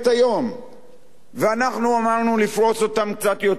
ואנחנו אמרנו לפרוס אותם קצת יותר שנים,